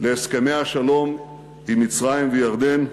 להסכמי השלום עם מצרים וירדן,